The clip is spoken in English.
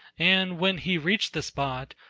and when he reached the spot,